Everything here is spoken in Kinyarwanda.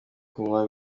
kunywa